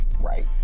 right